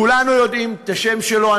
כולנו יודעים את השם שלו,